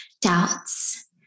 doubts